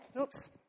oops